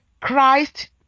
Christ